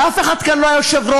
ואף אחד כאן לא היה יושב-ראש.